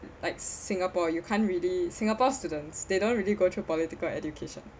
like singapore you can't really singapore students they don't really go through political education